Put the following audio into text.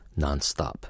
nonstop